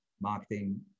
marketing